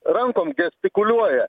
rankom gestikuliuoja